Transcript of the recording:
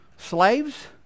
Slaves